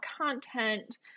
content